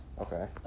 Okay